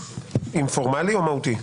פורמלי או מהותי?